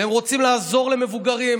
רוצים לעזור למבוגרים,